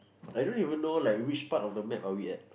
I don't even know like which part of the map are we at